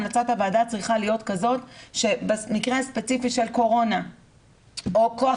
המלצת הוועדה צריכה להיות כזאת שבמקרה הספציפי של קורונה או כוח